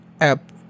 app